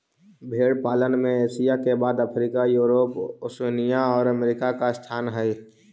भेंड़ पालन में एशिया के बाद अफ्रीका, यूरोप, ओशिनिया और अमेरिका का स्थान हई